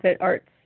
arts